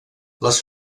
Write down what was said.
les